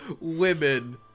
women